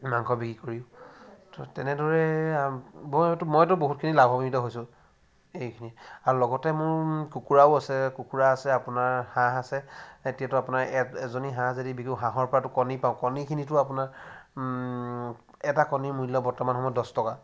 মাংস বিক্ৰী কৰি তো তেনেদৰে মইতো বহুতখিনি লাভাম্বিত হৈছোঁ এইখিনি আৰু লগতে মোৰ কুকুৰাও আছে কুকুৰা আছে আপোনাৰ হাঁহ আছে এতিয়াতো আপোনাৰ এজনী হাঁহ যদি বিকো হাঁহৰ পৰাতো কণী পাওঁ কণিখিনিৰপৰা তো আপোনাৰ এটা কণীৰ মূল্য বৰ্তমান সময়ত দহ টকা